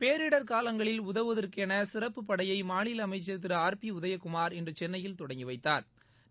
பேரிடர் காலங்களில் உதவுவதற்கென சிறப்புப்படையை மாநில அமைச்சர் திரு உதயகுமார் இன்று சென்னையில் தொடங்கி வைத்தாா்